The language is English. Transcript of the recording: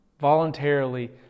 voluntarily